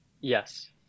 Yes